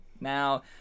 Now